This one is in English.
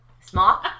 Small